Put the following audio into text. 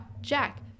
Jack